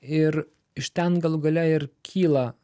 ir iš ten galų gale ir kyla